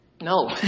No